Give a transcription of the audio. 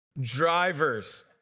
Drivers